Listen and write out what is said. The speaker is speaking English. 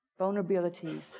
vulnerabilities